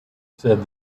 said